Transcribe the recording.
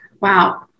wow